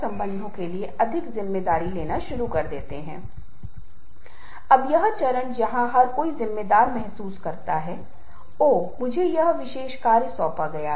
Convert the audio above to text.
अब ये केवल एक छोटे से शब्द हैं लेकिन ये छोटे शब्द बहुत मदद करते हैं जिससे व्यक्ति को आगे करने के लिए प्रेरित करता है